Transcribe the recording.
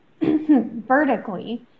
vertically